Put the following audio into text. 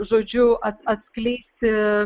žodžiu at atskleisti